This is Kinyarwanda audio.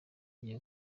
igiye